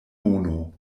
mono